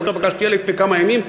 פגשתי ילד לפני כמה ימים,